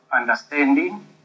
understanding